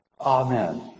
Amen